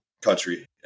country